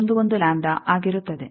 11 lambda ಆಗಿರುತ್ತದೆ